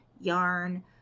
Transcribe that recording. yarn